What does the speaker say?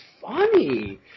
funny